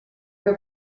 que